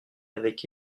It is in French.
avec